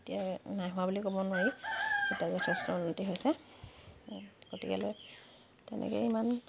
এতিয়া নাই হোৱা বুলি ক'ব নোৱাৰি এতিয়া যথেষ্ট উন্নতি হৈছে গতিকেলৈ তেনেকে ইমান